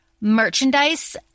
merchandise